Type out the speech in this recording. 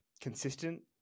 consistent